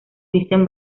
vincent